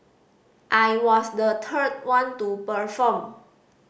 I was the third one to perform